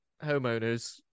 homeowners